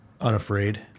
unafraid